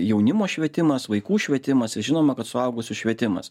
jaunimo švietimas vaikų švietimas žinoma kad suaugusių švietimas